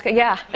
ah yeah.